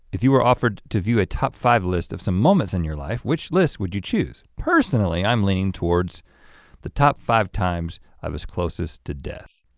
if you were offered to view a top five list of some moments in your life, which list would you choose? personally i'm learning towards the top five times i was closest to death.